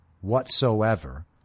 whatsoever